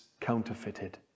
counterfeited